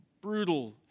brutal